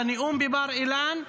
לנאום בבר-אילן.